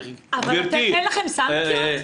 אבל אין לכם סנקציות?